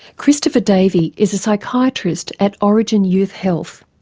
christopher davey is a psychiatrist at orygen youth health,